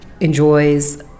enjoys